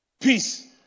peace